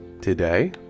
today